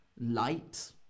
light